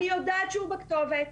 אני יודעת שהוא בכתובת,